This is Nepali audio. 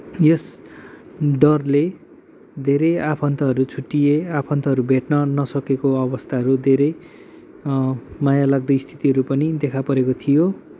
यस डरले धेरै आफन्तहरू छुट्टिए आफन्तहरू भेट्न नसकेको अवस्थाहरू धेरै माया लाग्दो स्थितिहरू पनि देखा परेको थियो